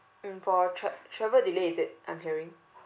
mm for tra~ travel delay is it I'm hearing